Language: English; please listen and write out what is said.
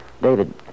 David